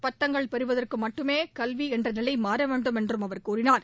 பட்டங்கள் பெறுவதற்கு மட்டுமே கல்வி என்ற நிலை மாற வேண்டும்என்று அவர் கூறினார்